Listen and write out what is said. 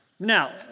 Now